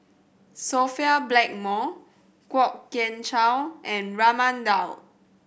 Sophia Blackmore Kwok Kian Chow and Raman Daud